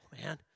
man